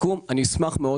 אני אשמח מאוד